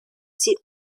sit